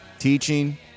teaching